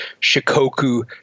Shikoku